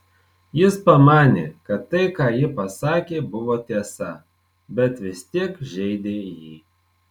jis pamanė kad tai ką ji pasakė buvo tiesa bet vis tiek žeidė jį